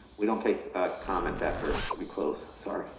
we don't take comments after we close. sorry.